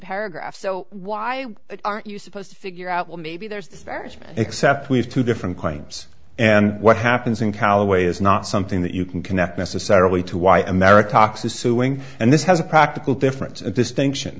paragraph so why aren't you supposed to figure out well maybe there's this marriage except we have two different claims and what happens in callaway is not something that you can connect necessarily to why america talks is suing and this has a practical difference in distinction